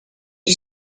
you